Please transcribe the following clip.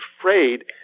afraid